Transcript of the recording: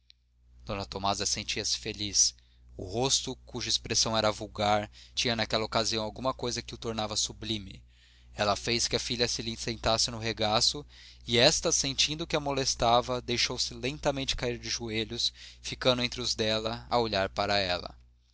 d tomásia sentia-se feliz o rosto cuja expressão era vulgar tinha naquela ocasião alguma coisa que o tornava sublime ela fez que a filha se lhe sentasse no regaço e esta sentindo que a molestava deixou-se lentamente cair de joelhos ficando entre os dela a olhar para ela